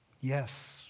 Yes